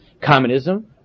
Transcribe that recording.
Communism